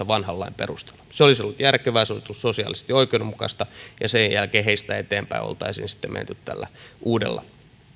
vanhan lain perusteella se olisi ollut järkevää se olisi ollut sosiaalisesti oikeudenmukaista ja sen jälkeen heistä eteenpäin oltaisiin sitten menty tällä uudella